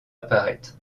apparaître